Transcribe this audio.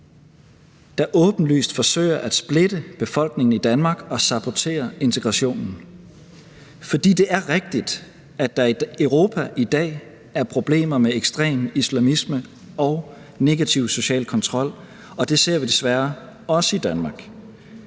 der åbenlyst forsøger at splitte befolkningen i Danmark og sabotere integrationen. For det er rigtigt, at der i Europa er problemer med ekstrem islamisme og negativ social kontrol. Og det ser vi desværre også i Danmark.